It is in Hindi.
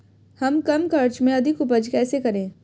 हम कम खर्च में अधिक उपज कैसे करें?